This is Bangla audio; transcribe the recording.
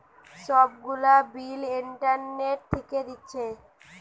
সব গুলা বিল ইন্টারনেট থিকে দিচ্ছে